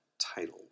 title